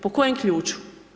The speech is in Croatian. Po kojem ključu?